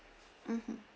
mmhmm